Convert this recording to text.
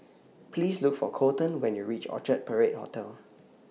Please Look For Kolten when YOU REACH Orchard Parade Hotel